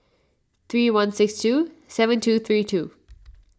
three one six two seven two three two